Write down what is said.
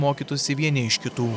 mokytųsi vieni iš kitų